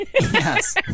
Yes